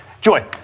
Joy